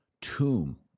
tomb